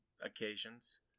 occasions